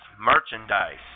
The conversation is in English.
merchandise